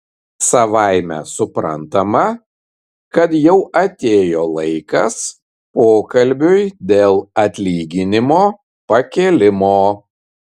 savaime suprantama kad jau atėjo laikas pokalbiui dėl atlyginimo pakėlimo